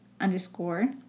underscore